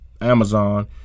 Amazon